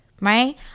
right